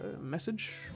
message